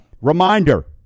Reminder